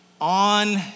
On